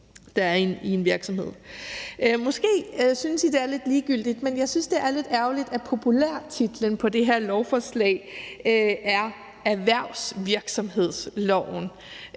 Måske synes I, det er lidt ligegyldigt, men jeg synes, det er lidt ærgerligt, at populærtitlen på det her lovforslag er erhvervsvirksomhedsloven.